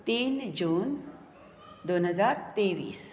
तीन जून दोन हजार तेवीस